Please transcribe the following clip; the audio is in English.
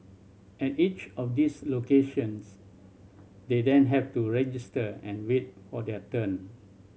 at each of these locations they then have to register and wait for their turn